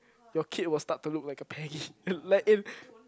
your kids will start to look like a Peggy like in